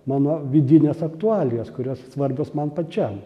mano vidinės aktualijos kurios svarbios man pačiam